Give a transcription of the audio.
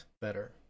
better